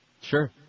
Sure